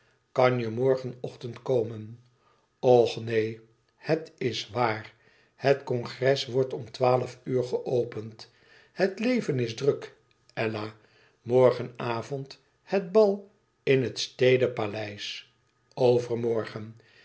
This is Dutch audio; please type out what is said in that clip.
kan je morgenochtend komen och neen het is waar het congres wordt om twaalf uur geopend het leven is druk ella morgenavond het bal in het stede paleis overmorgen